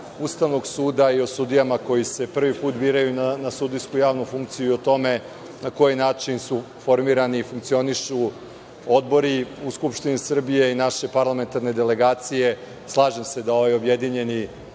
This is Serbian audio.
Ustavnog suda i o sudijama koji se prvi put biraju na sudijsku javnu funkciju i o tome na koji način su formirani i funkcionišu odbori u Skupštini Srbije i naše parlamentarne delegacije. Slažem se da objedinimo